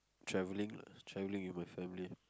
traveling traveling with my family